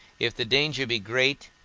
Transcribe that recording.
if the danger be great,